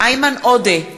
איימן עודה,